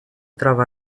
trova